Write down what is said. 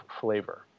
flavor